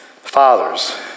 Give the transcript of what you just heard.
Fathers